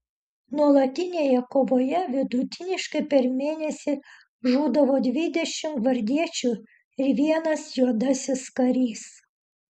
nuolatinėje kovoje vidutiniškai per mėnesį žūdavo dvidešimt gvardiečių ir vienas juodasis karys